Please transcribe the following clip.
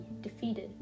defeated